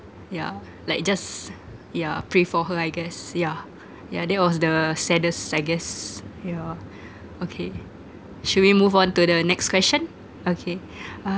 yeah like just yeah pray for her I guess yeah yeah that was the saddest I guess yeah okay should we move on to the next question okay uh